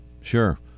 sure